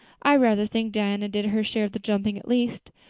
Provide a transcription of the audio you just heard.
i rather think diana did her share of the jumping at least.